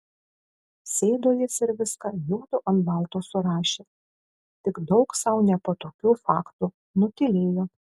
sėdo jis ir viską juodu ant balto surašė tik daug sau nepatogių faktų nutylėjo